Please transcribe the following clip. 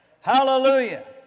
Hallelujah